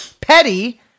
petty